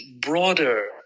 broader